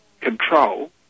control